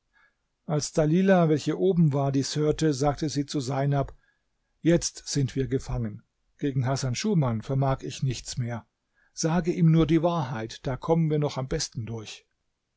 als dalilah welche oben war dies hörte sagte sie zu seinab jetzt sind wir gefangen gegen hasan schuman vermag ich nichts mehr sage ihm nur die wahrheit da kommen wir noch am besten durch